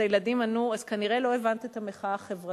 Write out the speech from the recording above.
אז הילדים ענו: אז כנראה לא הבנת טוב את המחאה החברתית.